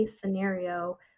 scenario